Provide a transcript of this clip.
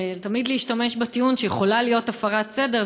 תמיד להשתמש בטיעון שיכולה להיות הפרת סדר,